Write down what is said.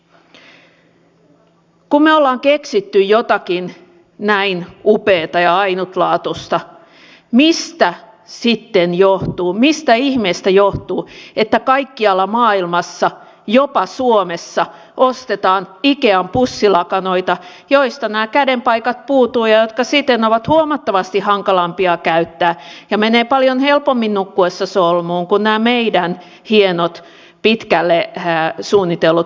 kun me olemme keksineet jotakin näin upeaa ja ainutlaatuista mistä ihmeestä sitten johtuu että kaikkialla maailmassa jopa suomessa ostetaan ikean pussilakanoita joista nämä käden paikat puuttuvat ja jotka siten ovat huomattavasti hankalampia käyttää ja menevät paljon helpommin nukkuessa solmuun kuin nämä meidän hienot pitkälle suunnitellut pussilakanamme